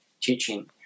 teaching